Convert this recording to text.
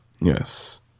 Yes